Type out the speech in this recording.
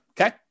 okay